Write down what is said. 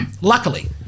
luckily